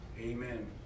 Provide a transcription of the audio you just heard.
amen